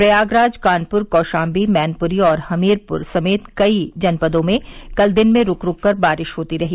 प्रयागराज कानपुर कौशाम्बी मैनपुरी और हमीरपुर समेत कई जनपदों में कल दिन में रूक रूक बारिश होती रही